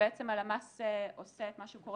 שבעצם הלמ"ס עושה את מה שהוא עושה